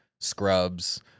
Scrubs